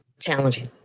challenging